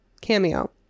cameo